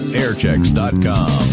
airchecks.com